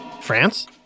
France